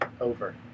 Over